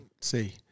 see